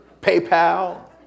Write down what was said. PayPal